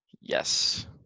Yes